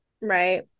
Right